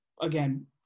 again